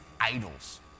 idols